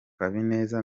habineza